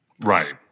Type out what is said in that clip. Right